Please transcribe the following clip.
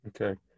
Okay